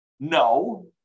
No